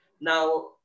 Now